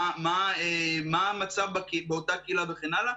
מה המצב באותה קהילה וכן הלאה.